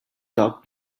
doc